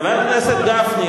חבר הכנסת גפני,